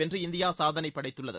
வென்று இந்தியா சாதனைப்படைத்துள்ளது